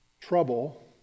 Trouble